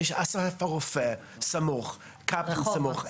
הרי יש את אסף הרופא בסמוך, קפלן בסמוך.